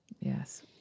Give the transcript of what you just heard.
Yes